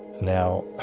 now,